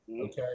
Okay